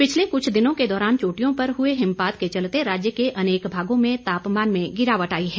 पिछले कुछ दिनों के दौरान चोटियों पर हुए हिमपात के चलते राज्य के अनेक भागों में तापमान में गिरावट आई है